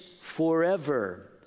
forever